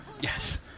Yes